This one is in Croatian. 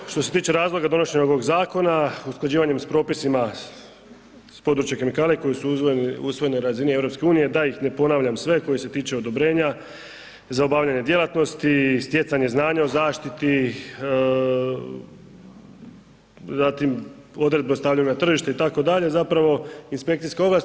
Ono što se tiče razloga donošenja ovog zakona usklađivanjem s propisima s područja kemikalija koje su usvojene na razini EU da ih ne ponavljam sve koji se tiču odobrenja za obavljanje djelatnosti i stjecanje znanja o zaštiti, zatim odredbe o stavljanju na tržište itd. zapravo inspekcijske ovlasti.